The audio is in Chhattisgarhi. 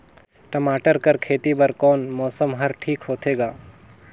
टमाटर कर खेती बर कोन मौसम हर ठीक होथे ग?